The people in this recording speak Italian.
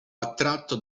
attratto